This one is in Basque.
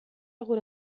gure